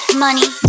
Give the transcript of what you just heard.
money